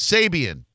Sabian